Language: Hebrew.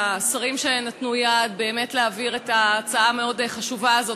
השרים שנתנו יד באמת להעביר את ההצעה המאוד-חשובה הזאת,